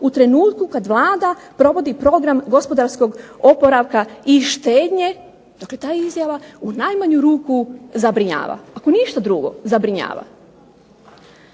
u trenutku kad Vlada provodi program gospodarskog oporavka i štednje, dakle ta izjava u najmanju ruku zabrinjava. Ako ništa drugo zabrinjava.